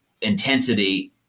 intensity